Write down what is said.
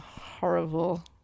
horrible